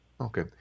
Okay